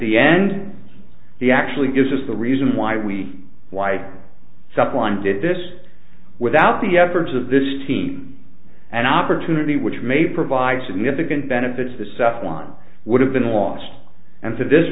the end of the actually gives us the reason why we why someone did this without the efforts of this team an opportunity which may provide significant benefits the safwan would have been lost and for this